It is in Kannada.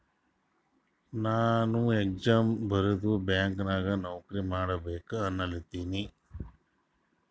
ನಾನು ಎಕ್ಸಾಮ್ ಬರ್ದು ಬ್ಯಾಂಕ್ ನಾಗ್ ನೌಕರಿ ಮಾಡ್ಬೇಕ ಅನ್ಲತಿನ